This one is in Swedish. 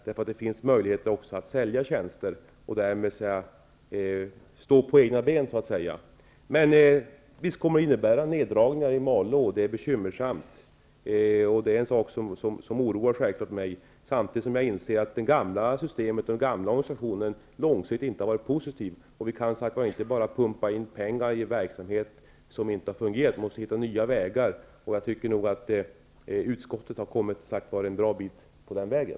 Det finns nämligen också möjlighet att sälja tjänster och därmed stå på egna ben. Men visst kommer det att innebära neddragningar i Malå. Det är bekymmersamt, och det är självfallet en sak som oroar mig. Samtidigt inser jag att det gamla systemet och den gamla organisationen inte är postitiv långsiktigt. Vi kan inte bara pumpa in pengar i en verksamhet som inte har fungerat. Vi måste hitta nya vägar. Jag tycker att utskottet har kommit en bra bit på den vägen.